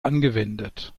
angewendet